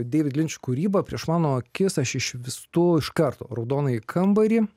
deivid linč kūryba prieš mano akis aš išvystu iš karto raudonąjį kambarį